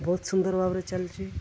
ବହୁତ ସୁନ୍ଦର ଭାବରେ ଚାଲିଛି